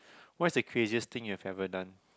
what's the craziest thing you have ever done